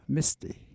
Misty